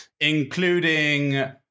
including